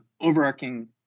overarching –